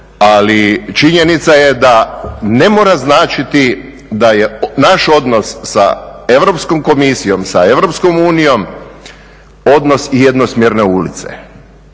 Ali činjenica je da ne mora značiti da je naš odnos sa Europskom komisijom, sa Europskom unijom, odnos jednosmjerne ulice.